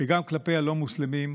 גם כלפי הלא-מוסלמים.